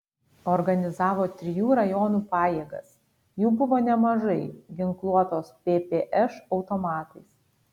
organizavo trijų rajonų pajėgas jų buvo nemažai ginkluotos ppš automatais